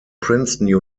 princeton